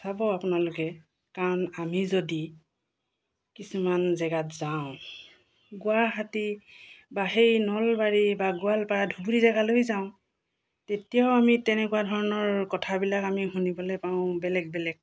চাব আপোনালোকে কাৰণ আমি যদি কিছুমান জেগাত যাওঁ গুৱাহাটী বা সেই নলবাৰী বা গোৱালপাৰা ধুবুৰী জেগালৈ যাওঁ তেতিয়াও আমি তেনেকুৱা ধৰণৰ কথাবিলাক আমি শুনিবলৈ পাওঁ বেলেগ বেলেগ